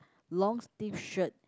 long sleeve shirt